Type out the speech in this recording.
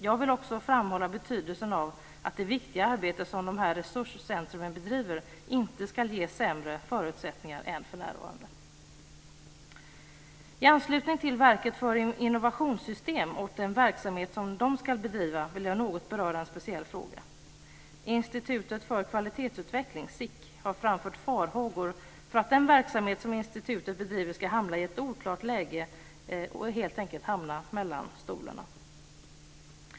Jag vill också framhålla betydelsen av att det viktiga arbete som dessa resurscentrum bedriver inte ska ges sämre förutsättningar än för närvarande. I anslutning till Verket för innovationssystem och den verksamhet som verket ska bedriva vill jag något beröra en speciell fråga. Institutet för kvalitetsutveckling, SIQ, har framfört farhågor för att den verksamhet som institutet bedriver ska hamna i ett oklart läge och helt enkelt hamna mellan stolarna.